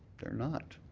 they're not.